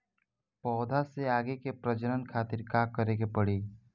पौधा से आगे के प्रजनन खातिर का करे के पड़ी?